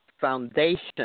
foundation